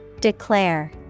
Declare